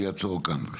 אני אעצור כאן.